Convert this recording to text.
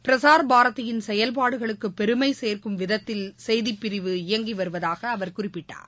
பிரசார்பாரதியின் செயல்பாடுகளுக்கு பெருமை சேர்க்கும் விதத்தில் செய்திப்பிரிவு இயங்கி வருவதாக அவர் குறிப்பிட்டார்